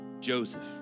Joseph